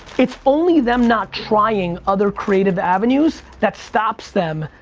it's only them not trying other creative avenues that stops them.